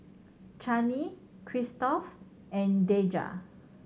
Chanie Christop and Deja